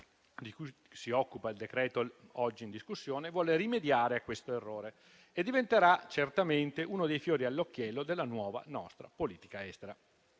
di cui si occupa il decreto-legge oggi in discussione, vuole rimediare a questo errore e diventerà certamente uno dei fiori all'occhiello della nostra nuova politica estera.